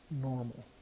normal